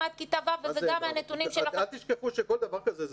אל תשכחו שכל דבר כזה זה